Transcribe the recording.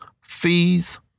fees